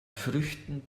früchten